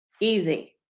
easy